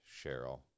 Cheryl